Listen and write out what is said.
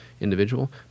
individual